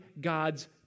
God's